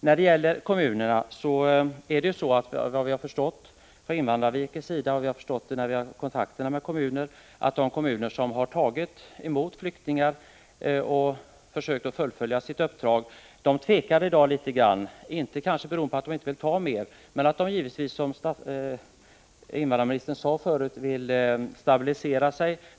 Enligt vad vi har förstått vid våra kontakter med invandrarverket och kommunerna tvekar i dag de kommuner som har tagit emot flyktingar och försökt fullfölja sitt uppdrag, kanske inte beroende på att de inte vill ta emot fler flyktingar men därför att de givetvis, som invandrarministern sade förut, vill stabilisera sig.